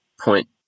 point